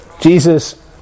Jesus